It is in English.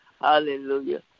Hallelujah